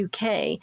UK